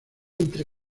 entre